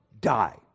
die